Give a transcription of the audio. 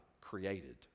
created